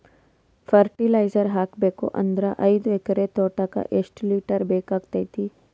Fertiliser ಹಾಕಬೇಕು ಅಂದ್ರ ಐದು ಎಕರೆ ತೋಟಕ ಎಷ್ಟ ಲೀಟರ್ ಬೇಕಾಗತೈತಿ?